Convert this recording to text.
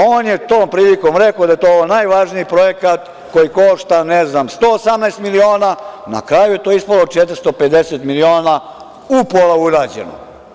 On je tom prilikom rekao da je to najvažniji projekat koji košta, ne znam, 118 miliona, na kraju je to ispalo 450 miliona upola urađeno.